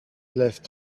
left